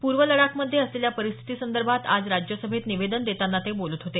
पूर्व लडाखमध्ये असलेल्या परिस्थितीसंदर्भात आज राज्यसभेत निवेदन देताना ते बोलत होते